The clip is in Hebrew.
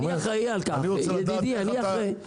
אני אחראי על כך, ידידי, אני אחראי על כך.